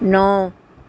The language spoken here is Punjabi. ਨੌਂ